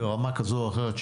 ברמה כזו או אחרת,